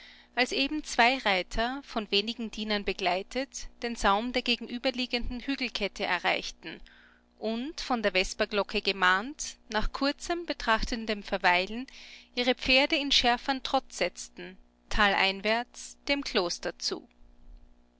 als eben zwei reiter von wenigen dienern begleitet den saum der gegenüberliegenden hügelkette erreichten und von der vesperglocke gemahnt nach kurzem betrachtendem verweilen ihre pferde in schärfern trott setzten taleinwärts dem kloster zu